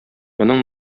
моның